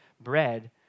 bread